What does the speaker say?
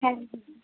হ্যাঁ